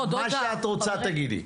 מה שאת רוצה תגידי.